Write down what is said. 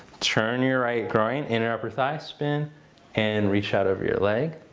turn your right groin, inner upper thigh spin and reach out over your leg.